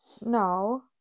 no